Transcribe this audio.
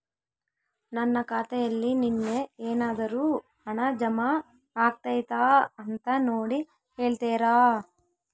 ನನ್ನ ಖಾತೆಯಲ್ಲಿ ನಿನ್ನೆ ಏನಾದರೂ ಹಣ ಜಮಾ ಆಗೈತಾ ಅಂತ ನೋಡಿ ಹೇಳ್ತೇರಾ?